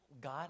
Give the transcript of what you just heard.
God